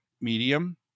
medium